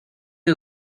que